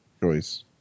choice